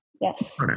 Yes